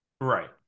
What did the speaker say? right